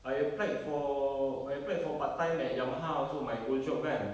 I applied for I applied for part time at yamaha also my old job kan